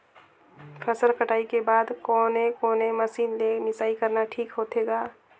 फसल कटाई के बाद कोने कोने मशीन ले मिसाई करना ठीक होथे ग?